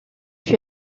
fut